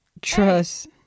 Trust